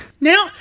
Now